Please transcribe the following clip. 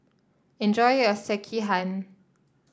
enjoy your Sekihan